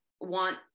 want